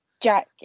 Jack